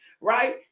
right